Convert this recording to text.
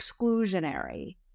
exclusionary